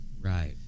Right